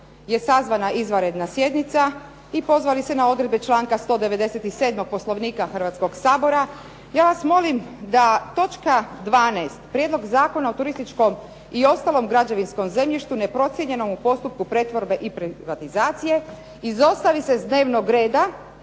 je sazvana izvanredna sjednica i pozvali se na odredbe članka 197. Poslovnika Hrvatskoga sabora, ja vas molim da točka 12., Prijedlog zakona o turističkom i ostalom građevinskom zemljištu neprocijenjenom u postupku pretvorbe i privatizacije, izostavi se s dnevnog reda